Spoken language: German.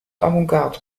avantgarde